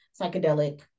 psychedelic